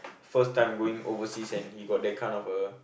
first time going overseas and he got that kind of a